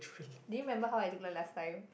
do you remember how I look like last time